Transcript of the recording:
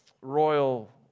royal